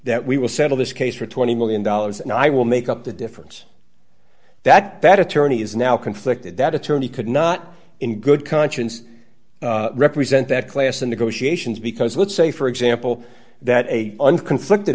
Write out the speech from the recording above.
that we will settle this case for twenty million dollars and i will make up the difference that that attorney is now conflicted that attorney could not in good conscience represent that class the negotiations because let's say for example that a and conflicted